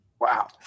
Wow